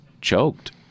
choked